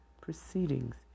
proceedings